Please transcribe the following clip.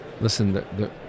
Listen